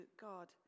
God